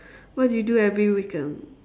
what do you do every weekend